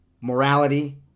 morality